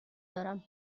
دارم